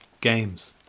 games